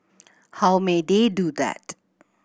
how may they do that